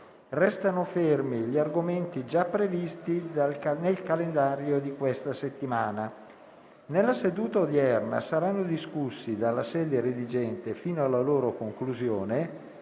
Restano fermi gli argomenti già previsti nel calendario di questa settimana. Nella seduta odierna, saranno discussi dalla sede redigente fino alla loro conclusione